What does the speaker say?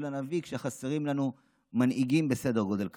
הנביא כשחסרים לנו מנהיגים בסדר גודל כזה.